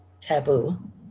taboo